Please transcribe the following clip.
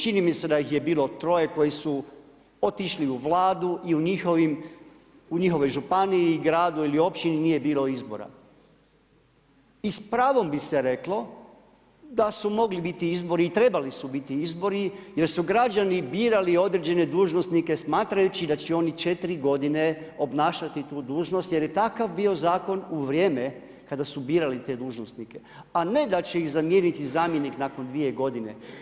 Čini mi se da ih je bilo troje koji su otišli u Vladu i u njihovoj županiji, gradu ili općini nije bilo izbora. i s pravom bi se reklo da su mogli biti izbori i trebali su biti izbori jer su građani birali određene dužnosnike smatrajući da će oni četiri godine obnašati tu dužnost jer je takav bio zakon u vrijeme kada su birali te dužnosnike, a ne da će ih zamijeniti zamjenik nakon dvije godine.